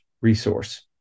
resource